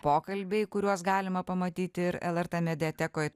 pokalbiai kuriuos galima pamatyti ir lrt mediatekoje